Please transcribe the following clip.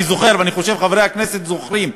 אני זוכר ואני חושב שחברי הכנסת זוכרים,